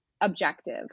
objective